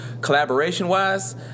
Collaboration-wise